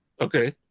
Okay